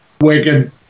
Wigan